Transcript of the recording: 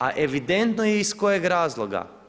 A evidentno je iz kojega razloga.